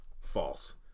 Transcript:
False